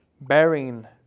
bearing